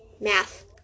math